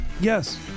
Yes